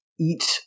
eat